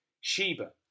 Sheba